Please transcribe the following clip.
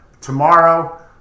tomorrow